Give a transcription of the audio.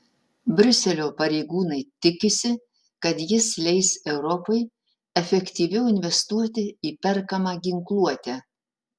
briuselio pareigūnai tikisi kad jis leis europai efektyviau investuoti į perkamą ginkluotę